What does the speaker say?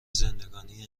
زندگانی